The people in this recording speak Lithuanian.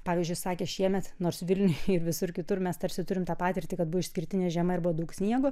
pavyzdžiui sakė šiemet nors vilniuj ir visur kitur mes tarsi turime tą patirtį kad buvo išskirtinė žiema ir daug sniego